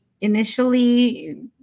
initially